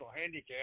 handicap